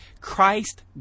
christ